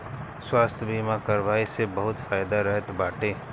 स्वास्थ्य बीमा करवाए से बहुते फायदा रहत बाटे